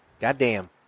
goddamn